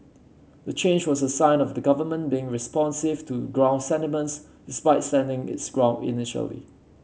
the change was a sign of the government being responsive to ground sentiments despite sending its ground initially